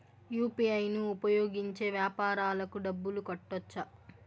UPI ను ఉపయోగించి వ్యాపారాలకు డబ్బులు కట్టొచ్చా?